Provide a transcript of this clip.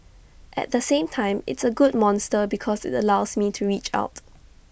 at the same time it's A good monster because IT allows me to reach out